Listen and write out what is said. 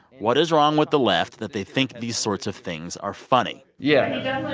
what is wrong with the left that they think these sorts of things are funny? yeah yeah